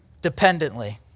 dependently